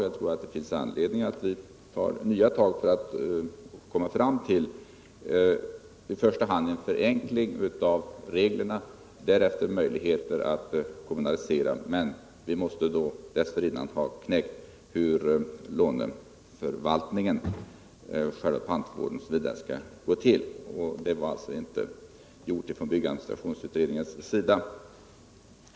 Jag tror det finns anledning att ta nya tag för att komma fram till i första hand en förenkling av reglerna. Därefter kan det finnas möjligheter att kommunalisera låneärendena. Men dessutom måste vi knäcka frågan om hur låneförvaltningen skall skötas. Det hade man alltså inte gjort från byggadministrationsutredningens sida.